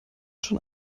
schon